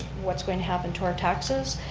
what's going to happen to our taxes?